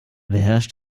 beherrscht